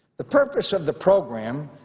the purpose of the program,